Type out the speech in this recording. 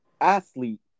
athlete